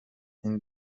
این